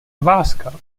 láska